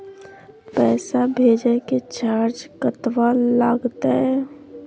पैसा भेजय के चार्ज कतबा लागते?